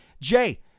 Jay